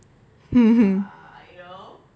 hmm